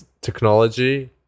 technology